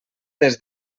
des